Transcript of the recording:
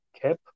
cap